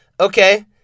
okay